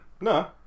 No